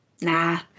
Nah